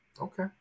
Okay